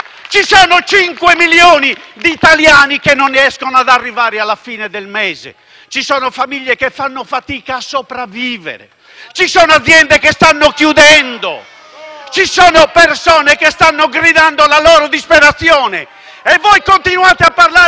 Ci sono 5 milioni di italiani che non riescono ad arrivare alla fine del mese. Ci sono famiglie che fanno fatica a sopravvivere. Ci sono aziende che stanno chiudendo. Ci sono persone che stanno gridando la loro disperazione e voi continuate a parlare